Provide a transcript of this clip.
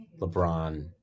LeBron